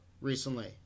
recently